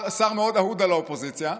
שר מאוד אהוד על האופוזיציה.